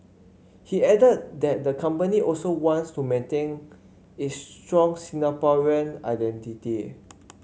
he added that the company also wants to maintain its strong Singaporean identity